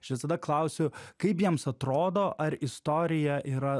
aš visada klausiu kaip jiems atrodo ar istorija yra